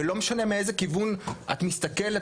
ולא משנה מאיזה כיוון את מסתכלת,